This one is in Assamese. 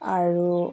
আৰু